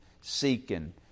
seeking